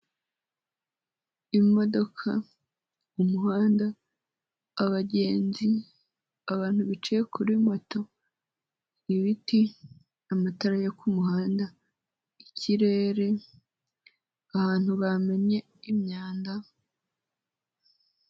Imodoka, umuhanda, abagenzi, abantu bicaye kuri moto, ibiti, amatara yo ku muhanda, ikirere, ahantu bamennye imyanda.